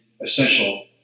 essential